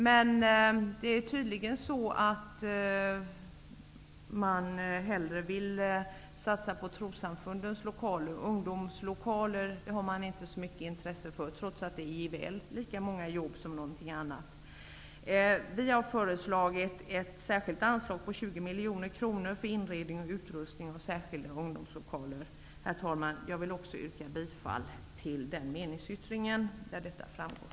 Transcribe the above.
Men tydligen vill man hellre satsa på trossamfundens lokaler. Ungdomslokaler har man inte så stort intresse för, trots att det ger lika många jobb som andra projekt. Vänsterpartiet har föreslagit ett särskilt anslag på 20 miljoner kronor för inredning och utrustning av särskilda ungdomslokaler, och jag yrkar bifall till den meningsyttring där detta framgår.